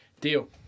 Deal